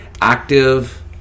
active